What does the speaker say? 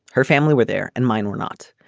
her family were there and mine were not.